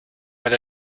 but